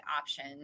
option